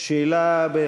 יש פה שר?